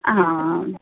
ਹਾਂ